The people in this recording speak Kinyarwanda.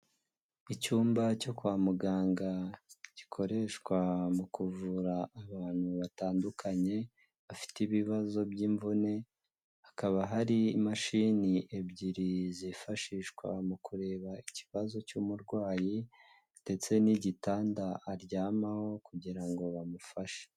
Icyumba cyo kwa muganga, gikoreshwa mu kuvura abantu batandukanye bafite ibibazo by'imvune, hakaba hari imashini ebyiri zifashishwa mu kureba ikibazo cy'umurwayi ndetse n'igitanda aryamaho kugira ngo bamufashe.